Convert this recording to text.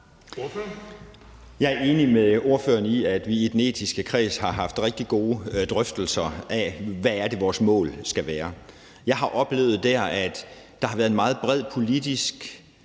Jeg er enig med ordføreren i, at vi i den etiske kreds har haft rigtig gode drøftelser af, hvad det er, vores mål skal være. Jeg har oplevet dér, at der har været en meget bred politisk